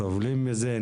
סובלים מזה,